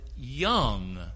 young